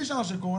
קורונה.